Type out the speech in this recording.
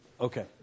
Okay